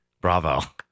bravo